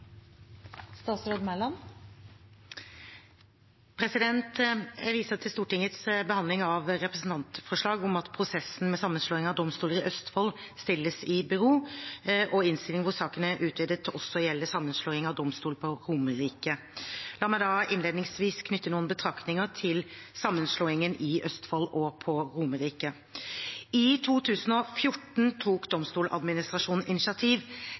Jeg viser til Stortingets behandling av representantforslag om at prosessen med sammenslåing av domstoler i Østfold stilles i bero, og innstillingen hvor saken er utvidet til også å gjelde sammenslåingene av domstoler på Romerike. La meg innledningsvis knytte noen betraktninger til sammenslåingen i Østfold og på Romerike. I 2014 tok Domstoladministrasjonen initiativ